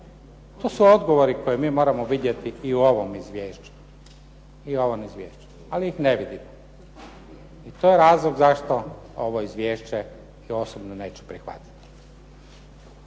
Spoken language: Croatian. To su odgovori koje mi moramo vidjeti i u ovom izvješću ali ih ne vidimo. I to je razlog zašto ovo izvješće ja osobno neću prihvatiti.